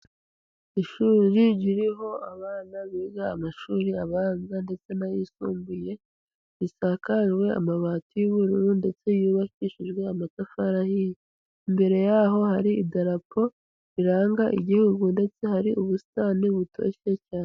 Ishuri ririho abana biga amashuri abanza, ndetse n'ayisumbuye, risakajwe amabati y'ubururu, ndetse yubakishijwe amatafari ahiye, imbere yaho hari idarapo riranga igihugu, ndetse hari ubusitani butoshye cyane.